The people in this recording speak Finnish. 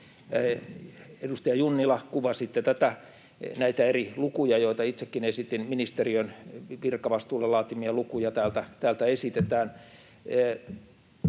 Edustaja Junnila, kuvasitte näitä eri lukuja, joita itsekin esitin. Ministeriön virkavastuulla laatimia lukuja täältä esitetään.